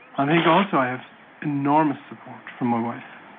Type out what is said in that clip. i think also i have enormous support from my wife.